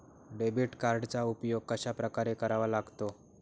Debit कार्डचा उपयोग कशाप्रकारे करावा लागतो?